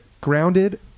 grounded